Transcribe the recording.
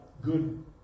good